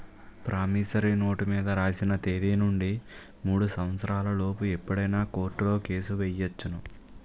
promissory note మీద రాసిన తేదీ నుండి మూడు సంవత్సరాల లోపు ఎప్పుడైనా కోర్టులో కేసు ఎయ్యొచ్చును